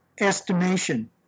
estimation